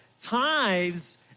tithes